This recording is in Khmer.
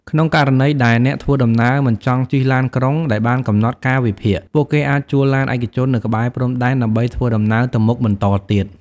នៅក្នុងករណីដែលអ្នកធ្វើដំណើរមិនចង់ជិះឡានក្រុងដែលបានកំណត់កាលវិភាគ ពួកគេអាចជួលឡានឯកជននៅក្បែរព្រំដែនដើម្បីធ្វើដំណើរទៅមុខបន្តទៀត។